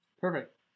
Perfect